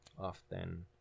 often